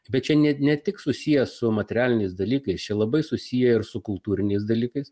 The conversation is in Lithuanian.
bet čia ne ne tik susiję su materialiniais dalykais čia labai susiję ir su kultūriniais dalykais